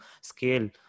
scale